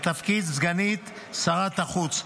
לתפקיד סגנית שר החוץ.